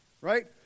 right